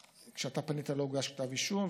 כשאתה פנית לא הוגש כתב אישום,